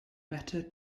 better